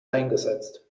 eingesetzt